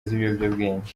z’ibiyobyabwenge